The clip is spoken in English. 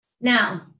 Now